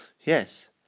Yes